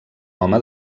home